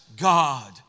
God